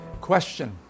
Question